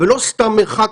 ולא סתם מרחק.